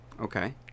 Okay